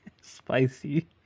Spicy